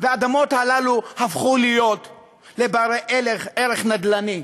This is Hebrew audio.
והאדמות האלה הפכו להיות בעלות ערך נדל"ני,